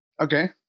Okay